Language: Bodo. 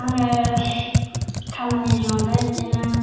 आङो खामानिनि अनगायै बिदिनो